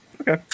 Okay